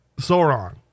Sauron